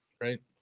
right